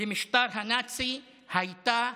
למשטר הנאצי הייתה